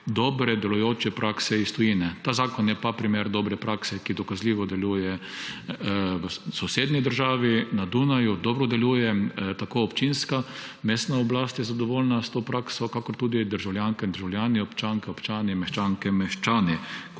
dobre, delujoče prakse iz tujine. Ta zakon je primer dobre prakse, ki dokazljivo deluje v sosednji državi, na Dunaju dobro deluje, tako občinska, mestna oblast sta zadovoljni s to prakso kakor tudi državljanke in državljani, občanke, občani, meščanke, meščani.